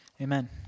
Amen